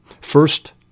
First